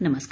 नमस्कार